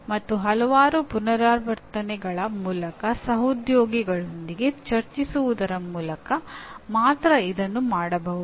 ಮತ್ತು ಹಲವಾರು ಪುನರಾವರ್ತನೆಗಳ ಮೂಲಕ ಸಹೋದ್ಯೋಗಿಗಳೊಂದಿಗೆ ಚರ್ಚಿಸುವುದರ ಮೂಲಕ ಮಾತ್ರ ಇದನ್ನು ಮಾಡಬಹುದು